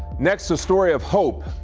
next. the story of hope,